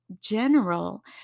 general